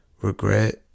regret